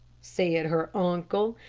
said her uncle,